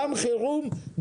גם חירום,